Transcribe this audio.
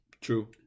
True